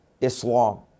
Islam